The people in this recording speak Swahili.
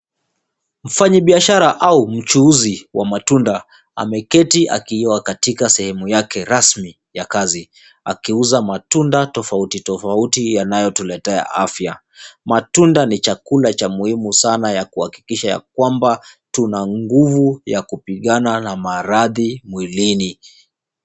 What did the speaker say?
Mfanyibiashara au mchuuzi wa matunda ameketi akiwa katika sehemu yake rasmi ya kazi akiuza matunda tofauti tofauti yanayotuletea afya. Matunda ni chakula cha muhimu sana ya kuhakikisha ya kwamba tuna nguvu ya kupigana na maradhi mwilini.